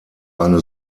eine